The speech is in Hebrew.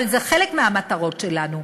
אבל זה חלק מהמטרות שלנו.